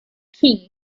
king